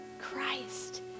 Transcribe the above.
Christ